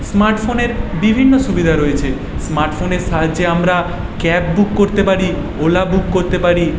smart ফোনের বিভিন্ন সুবিধা রয়েছে স্মার্ট ফোনের সাহায্যে আমরা ক্যাব বুক করতে পারি ওলা বুক করতে পারি